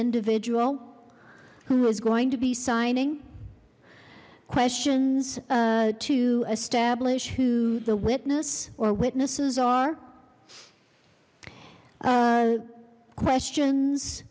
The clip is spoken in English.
individual who is going to be signing questions to establish who the witness or witnesses are questions